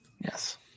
yes